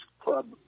Club